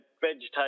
vegetation